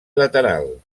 lateral